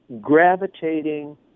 gravitating